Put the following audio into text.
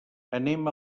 anem